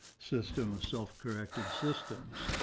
system of self correcting systems,